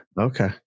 okay